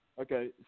Okay